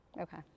Okay